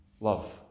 love